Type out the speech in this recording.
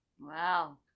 Wow